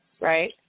Right